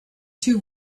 two